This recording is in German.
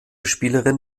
spielerin